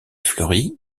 fleury